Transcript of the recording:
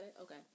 Okay